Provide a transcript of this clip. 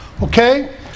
Okay